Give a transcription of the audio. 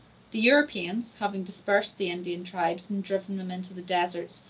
the europeans, having dispersed the indian tribes and driven them into the deserts,